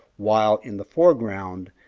while in the foreground,